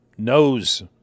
Knows